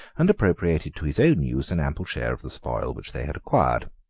and appropriated to his own use an ample share of the spoil which they had acquired.